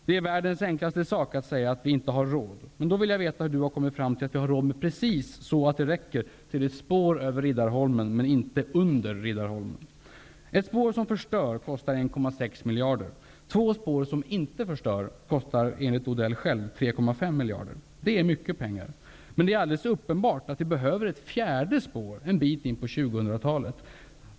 Det är världens enklaste sak att säga att vi inte har råd. Men då vill jag veta hur Mats Odell har kommit fram till att vi har råd med precis så mycket att det räcker till ett spår över Riddarholmen men inte under Riddarholmen. Ett spår som förstör kostar 1,6 miljarder. Två spår som inte förstör kostar enligt Odell själv 3,5 miljarder. Det är mycket pengar. Men det är alldeles uppenbart att vi behöver ett fjärde spår en bit in på 2000-talet.